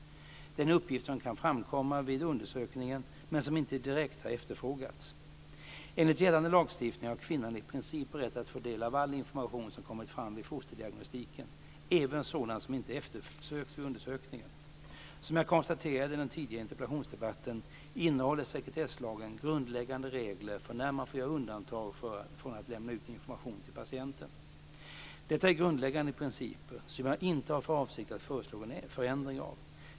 Det är en uppgift som kan framkomma vid undersökningen men som inte direkt har efterfrågats. Enligt gällande lagstiftning har kvinnan i princip rätt att få del av all information som kommer fram vid fosterdiagnostiken, även sådan som inte eftersökts vid undersökningen. Som jag konstaterade i den tidigare interpellationsdebatten innehåller sekretesslagen grundläggande regler för när man får göra undantag från att lämna ut information till patienten. Detta är grundläggande principer som jag inte har för avsikt att föreslå någon förändring av.